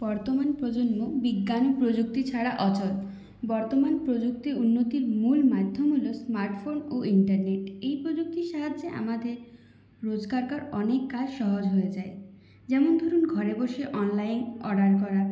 বর্তমান প্রজন্ম বিজ্ঞান ও প্রযুক্তি ছাড়া অচল বর্তমান প্রযুক্তি উন্নতির মূল মাধ্যম হলো স্মার্টফোন ও ইন্টারনেট এই প্রযুক্তির সাহায্যে আমাদের রোজকারকার অনেক কাজ সহজ হয়ে যায় যেমন ধরুন ঘরে বসে অনলাইন অর্ডার করা